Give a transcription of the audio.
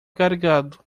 carregado